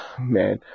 man